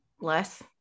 less